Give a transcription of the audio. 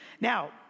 Now